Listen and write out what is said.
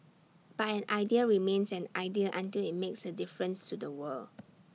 but an idea remains an idea until IT makes A difference to the world